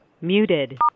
Muted